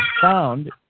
found